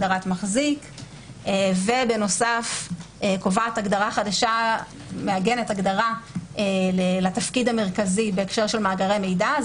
הגדרת מחזיק וקובעת מעגנת הגדרה לתפקיד המרכזי בהקשר של מאגרי מידע.